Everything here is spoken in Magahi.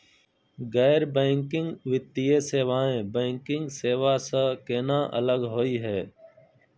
गैर बैंकिंग वित्तीय सेवाएं, बैंकिंग सेवा स केना अलग होई हे?